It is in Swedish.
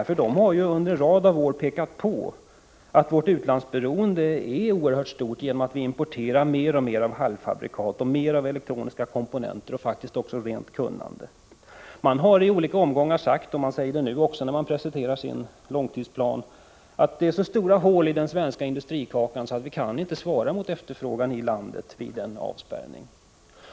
Från det hållet har man under en rad år påpekat att vårt utlandsberoende är oerhört stort genom att vi importerar mer och mer halvfabrikat, elektroniska komponenter och faktiskt också rent kunnande. ÖEF har i olika omgångar sagt, och säger också nu, när man presenterar sin långtidsplan, att det nu är så många och så stora hål i den svenska industrikakan att man inte kan motsvara efterfrågan i landet vid en avspärrning.